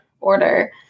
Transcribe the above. order